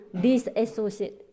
disassociate